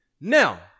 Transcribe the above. Now